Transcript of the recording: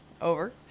Over